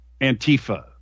Antifa